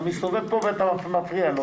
אתה מסתובב פה ומפריע לו.